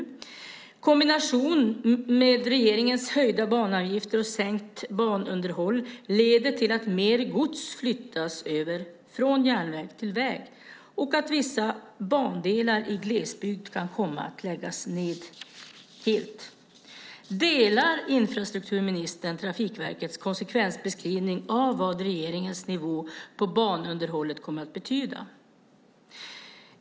I kombination med regeringens höjda banavgifter och minskat banunderhåll leder det till att mer gods flyttas över från järnväg till väg och att vissa bandelar i glesbygd kan komma att läggas ned helt. Delar infrastrukturministern Trafikverkets konsekvensbeskrivning av vad regeringens nivå på banunderhållet kommer att betyda?